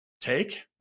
take